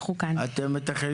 קיימנו